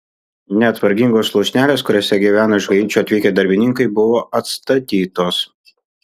net vargingos lūšnelės kuriose gyveno iš haičio atvykę darbininkai buvo atstatytos